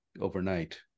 overnight